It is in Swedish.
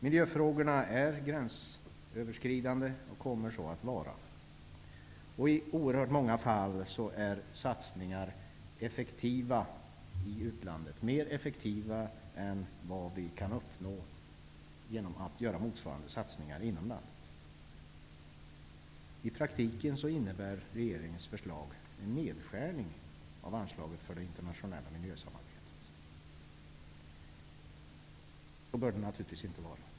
Miljöfrågorna är och kommer att vara gränsöverskridande. I oerhört många fall är satsningar i utlandet mer effektiva än motsvarande satsningar inom landet. I praktiken innebär regeringens förslag en nedskärning av anslaget för det internationella miljösamarbetet. Så bör det naturligtvis inte vara.